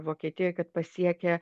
vokietijoj kad pasiekia